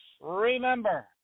remember